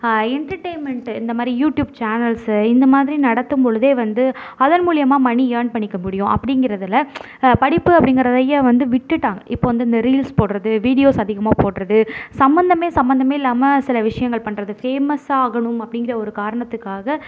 entertainment இந்தமாதிரி YouTube channels இந்தமாதிரி நடத்தும்பொழுதே வந்து அதன் மூலிமா மணி யேர்ன் பண்ணிக்க முடியும் அப்படிங்கிறதில படிப்பு அப்படிங்கிறதையே வந்து விட்டுட்டாங்க இப்போ வந்து இந்த ரீல்ஸ் போடுறது வீடியோஸ் அதிகமாக போடுறது சம்மந்தமே சம்பந்தமே இல்லாமல் சில விஷயங்கள் பண்ணுறது ஃபேமஸ் ஆகணும் அப்படிங்கிற ஒரு காரணத்துக்காக